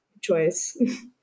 choice